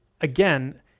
again